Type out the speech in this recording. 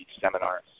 seminars